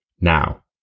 Now